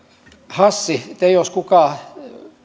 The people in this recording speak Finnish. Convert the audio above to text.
hassi te jos kuka